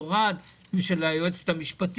הדבר מתבטא בהתקפי חרדה ומחשבות טורדניות.